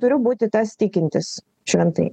turi būti tas tikintis šventai